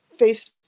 Facebook